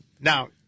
Now